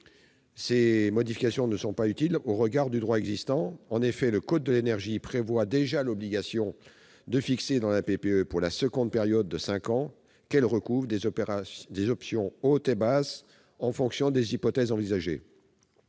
telles modifications ne sont pas utiles au regard du droit existant. En effet, le code de l'énergie prévoit déjà l'obligation de fixer dans la PPE, pour la seconde période de cinq ans qu'elle couvre, des options hautes et basses en fonction des hypothèses envisagées.